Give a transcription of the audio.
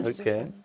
Okay